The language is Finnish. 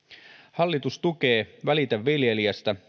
hallitus tukee välitä viljelijästä